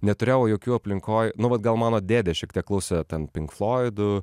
neturėjau jokių aplinkoj nu vat gal mano dėdė šiek tiek klausė ten pink floidų